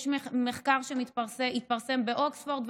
יש מחקר שהתפרסם באוקספורד,